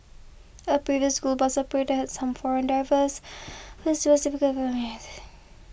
a previous school bus operator had some foreign drivers who